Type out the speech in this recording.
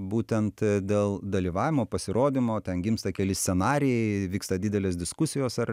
būtent dėl dalyvavimo pasirodymo ten gimsta keli scenarijai vyksta didelės diskusijos ar